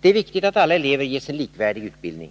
Det är viktigt att alla elever ges en likvärdig utbildning.